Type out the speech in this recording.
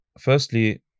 firstly